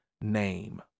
name